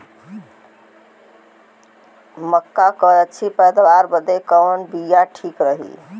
मक्का क अच्छी पैदावार बदे कवन बिया ठीक रही?